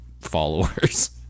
followers